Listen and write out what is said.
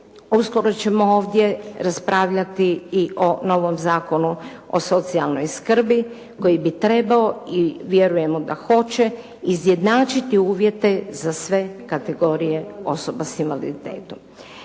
uskoro ćemo ovdje raspravljati i o novom Zakonu o socijalnoj skrbi koji bi trebao i vjerujemo da hoće, izjednačiti uvjete za sve kategorije osoba s invaliditetom.